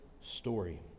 story